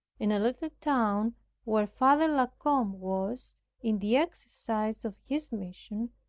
in a little town where father la combe was in the exercise of his mission,